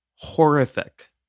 horrific